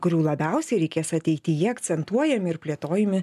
kurių labiausiai reikės ateityje akcentuojami ir plėtojami